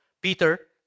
Peter